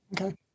Okay